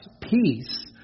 peace